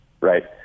right